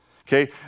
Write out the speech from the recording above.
okay